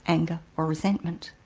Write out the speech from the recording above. anger, or resentment.